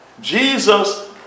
Jesus